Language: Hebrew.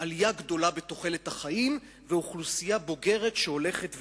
עלייה גדולה בתוחלת החיים ואוכלוסייה בוגרת שהולכת ומתרבה.